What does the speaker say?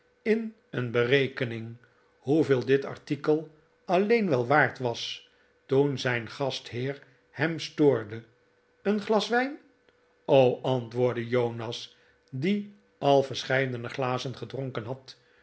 in een berekening hoeveel dit artikel alleen wel waard was toen zijn gastheer hem stoorde eeri glas wijn antwoordde jonas die al verscheidene glazen gedronken had